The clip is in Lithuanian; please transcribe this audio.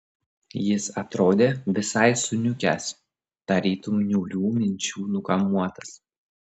jis atrodė visai suniukęs tarytum niūrių minčių nukamuotas